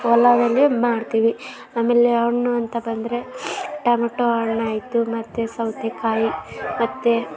ಹೊಲದಲ್ಲಿ ಮಾಡ್ತೀವಿ ಆಮೇಲೆ ಹಣ್ಣು ಅಂತ ಬಂದರೆ ಟೊಮೆಟೋ ಹಣ್ಣಾಯ್ತು ಮತ್ತು ಸೌತೆಕಾಯಿ ಮತ್ತು